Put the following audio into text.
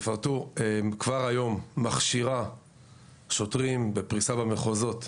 כבר היום המשטרה מכשירה שוטרים, בפריסה במחוזות,